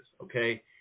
okay